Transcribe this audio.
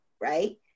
right